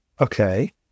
okay